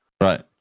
Right